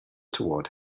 toward